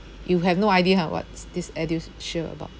you have no idea ha what's this ElderShield about